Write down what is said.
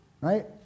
right